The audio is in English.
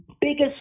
biggest